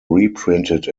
reprinted